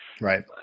Right